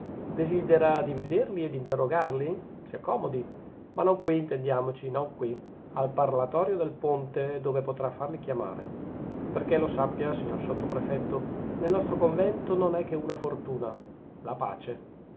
desidera di vederli e di interrogarli si accomodi ma non qui intendiamoci non qui al parlatorio del ponte dove potrà farli chiamare perchè lo sappia signor sottoprefetto nel nostro convento non è che una fortuna la pace